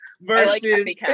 Versus